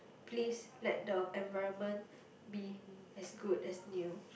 please let the environment be as good as new